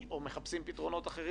או מחפשים פתרונות אחרים,